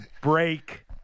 break